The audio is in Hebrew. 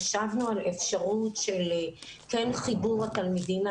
חשבנו על אפשרות של כן חיבור התלמידים